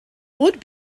would